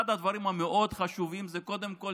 אחד הדברים המאוד-חשובים זה קודם כול